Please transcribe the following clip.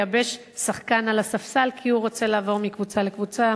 לייבש שחקן על הספסל כי הוא רוצה לעבור מקבוצה לקבוצה,